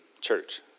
church